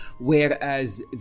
Whereas